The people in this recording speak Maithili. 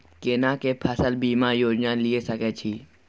केना के फसल बीमा योजना लीए सके छी?